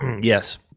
Yes